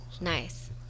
Nice